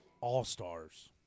all-stars